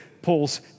Paul's